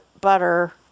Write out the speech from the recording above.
butter